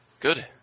Good